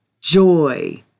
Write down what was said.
joy